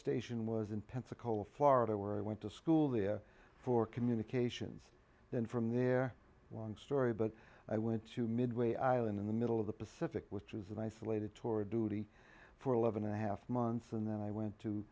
station was in pensacola florida where i went to school there for communications then from there long story but i went to midway island in the middle of the pacific which is an isolated tora duty for eleven and a half months and then i went to